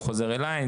הוא חוזר אליי.